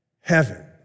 heaven